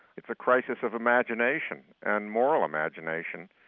it's a crisis of imagination and moral imagination,